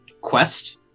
Quest